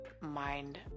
mind